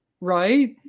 Right